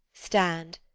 stand,